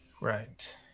Right